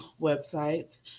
websites